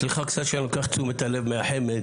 סליחה שאני קצת לוקח את תשומת הלב מהחמ"ד,